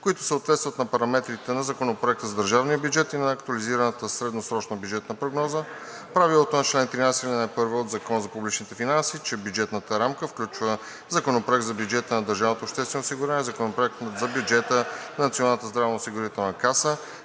които съответстват на параметрите на Законопроекта за държавния бюджет и на актуализираната средносрочна бюджетна прогноза; - правилото на чл. 13, ал. 1 от Закона за публичните финанси, че бюджетната рамка включва Законопроект за бюджета на държавното обществено осигуряване и Законопроект за бюджета на Националната здравноосигурителна каса;